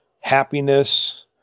happiness